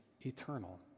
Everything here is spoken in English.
eternal